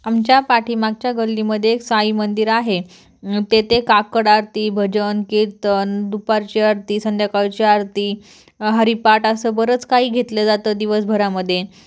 आमच्या पाठीमागच्या गल्लीमध्ये साईमंदिर आहे तेथे काकड आरती भजन कीर्तन दुपारची आरती संध्याकाळची आरती हारिपाठ असं बरंच काही घेतलं जातं दिवसभरामध्ये